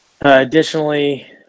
Additionally